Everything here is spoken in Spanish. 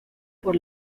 por